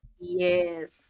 yes